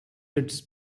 its